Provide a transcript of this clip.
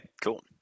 cool